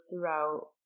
throughout